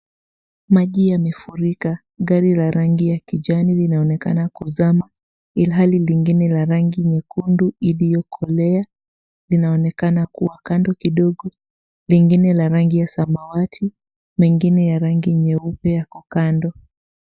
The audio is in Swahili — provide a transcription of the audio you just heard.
Maji yamefurika. Gari la rangi ya kijani linaonekana kuzama ilhali lingine la rangi nyekundu iliyokolea linaonekana kuwa kando kidogo, lingine la rangi ya samawati, mengine ya rangi nyeupe yako kando.